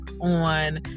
on